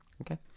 Okay